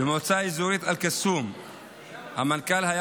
במועצה האזורית אל-קסום המנכ"ל היה